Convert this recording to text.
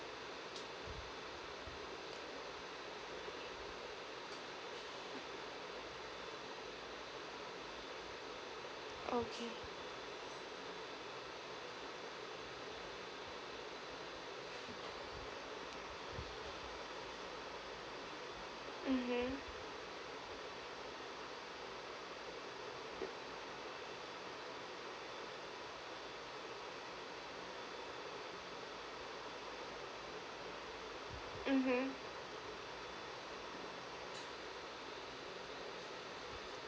okay mmhmm mmhmm